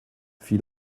fit